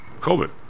COVID